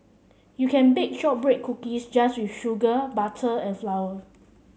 you can bake shortbread cookies just with sugar butter and flour